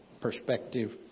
perspective